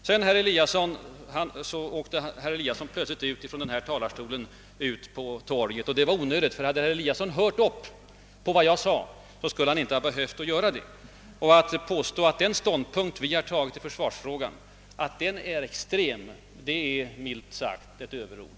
Herr Eliasson i Sundborn begav sig plötsligt från denna talarstol ut på torget, skulle jag vilja säga. Det var onödigt — hade herr Eliasson hört upp på vad jag sade skulle han inte ha behövt göra det. Och att påstå att den ståndpunkt vi intagit i försvarsfrågan är »extrem» är, milt sagt, överord.